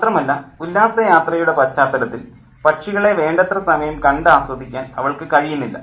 മാത്രമല്ല ഉല്ലാസയാത്രയുടെ പശ്ചാത്തലത്തിൽ പക്ഷികളെ വേണ്ടത്ര സമയം കണ്ട് ആസ്വദിക്കാൻ അവൾക്ക് കഴിയുന്നില്ല